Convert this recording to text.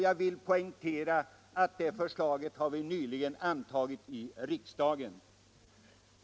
Jag vill poängtera att det nämnda förslaget nyss har antagits av riksdagen.